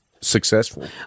successful